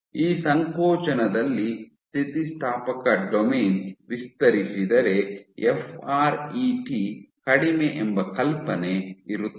ಈ ಸಂಕೋಚನದಲ್ಲಿ ಸ್ಥಿತಿಸ್ಥಾಪಕ ಡೊಮೇನ್ ವಿಸ್ತರಿಸಿದರೆ ಎಫ್ ಆರ್ ಇ ಟಿ ಕಡಿಮೆ ಎಂಬ ಕಲ್ಪನೆ ಇರುತ್ತದೆ